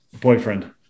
boyfriend